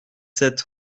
sept